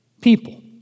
people